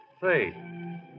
Say